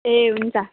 ए हुन्छ